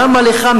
למה לך?